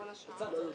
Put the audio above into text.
וכל השאר?